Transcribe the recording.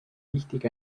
wichtig